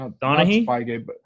Donahue